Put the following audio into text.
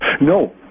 No